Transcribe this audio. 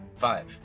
Five